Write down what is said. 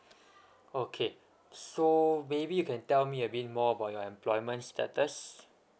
okay so maybe you can tell me a bit more about your employment status